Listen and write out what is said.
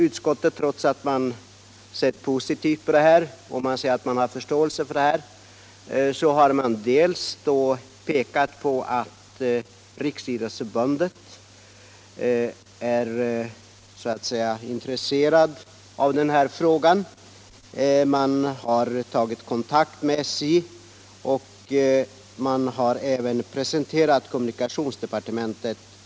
Utskottet, som alltså säger sig se positivt på frågan, har pekat på att Riksidrottsförbundet är intresserat för saken. Man har tagit kontakt med SJ och har även presenterat problemen för kommunikationsdepartementet.